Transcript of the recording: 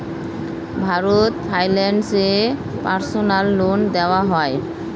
Bharat finance এ personal loan দেওয়া হয়?